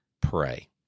pray